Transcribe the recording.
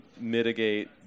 mitigate